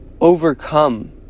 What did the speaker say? overcome